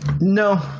No